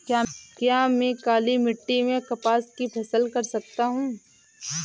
क्या मैं काली मिट्टी में कपास की फसल कर सकता हूँ?